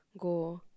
go